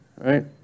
right